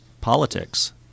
politics